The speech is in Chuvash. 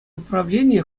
управленийӗ